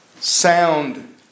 sound